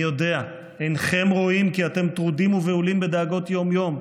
אני יודע: אינכם רואים כי אתם טרודים ובהולים בדאגות יום-יום.